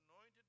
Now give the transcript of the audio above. anointed